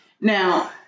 Now